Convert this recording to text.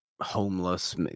homeless